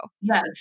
yes